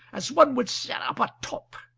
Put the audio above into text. as one would set up a top.